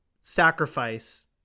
sacrifice